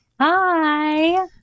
Hi